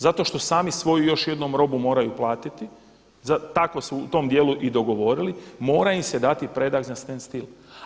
Zato što sami svoju još jednom robu moraju platiti, tako su u tom dijelu i dogovorili mora im se dati predah za standstill.